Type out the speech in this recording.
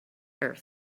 earth